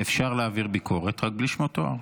אפשר להעביר ביקורת, רק בלי שמות תואר.